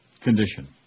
condition